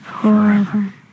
forever